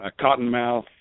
cottonmouth